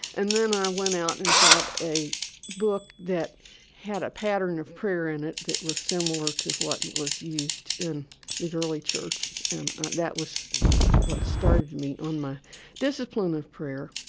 and then i went out and got a book that had a pattern of prayer in it that was similar to what and was used in the early church, and that was what started me on my discipline of prayer.